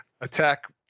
attack